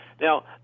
Now